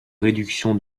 réduction